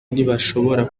ntibashobora